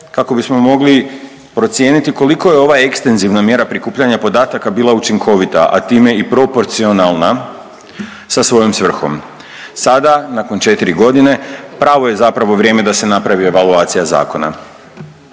kako bismo mogli procijeniti koliko je ova ekstenzivna mjera prikupljanja podataka bila učinkovita, a time i proporcionalna sa svojom svrhom. Sada nakon 4 godine pravo je zapravo vrijeme da se napravi evaluacija zakona.